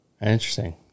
Interesting